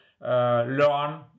learn